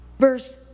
Verse